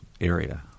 area